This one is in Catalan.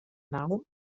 nau